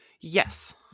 Yes